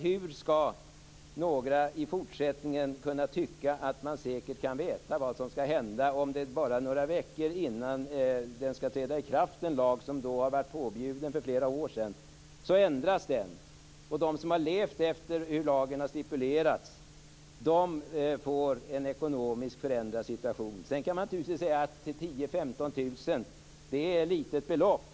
Hur skall några i fortsättningen kunna vara säkra på vad som skall hända om det bara några veckor innan en lag skall träda i kraft - en lag som var påbjuden för flera år sedan - blir en ändring av den lagen? Plötsligt ändras alltså lagen. De som har levt efter hur lagen har stipulerats får en ekonomiskt förändrad situation. Naturligtvis kan man säga att 10 000 eller 15 000 kr är ett litet belopp.